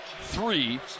three